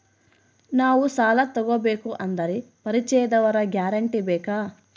ನಾವು ಸಾಲ ತೋಗಬೇಕು ಅಂದರೆ ಪರಿಚಯದವರ ಗ್ಯಾರಂಟಿ ಬೇಕಾ?